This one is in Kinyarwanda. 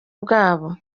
bwabo